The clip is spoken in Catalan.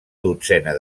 dotzena